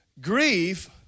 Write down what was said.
Grief